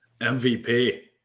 MVP